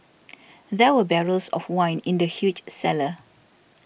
there were barrels of wine in the huge cellar